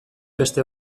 beste